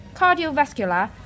cardiovascular